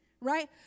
right